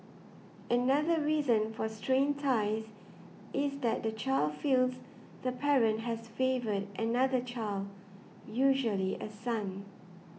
another reason for strained ties is that the child feels the parent has favoured another child usually a son